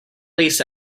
lace